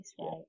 right